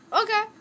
Okay